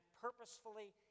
purposefully